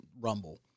Rumble